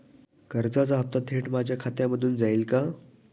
कर्जाचा हप्ता थेट माझ्या खात्यामधून जाईल का?